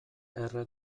erre